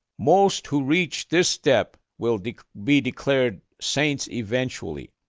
most who reach this step will be declared saint eventually,